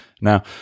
Now